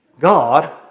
God